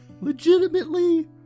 legitimately